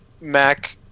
Mac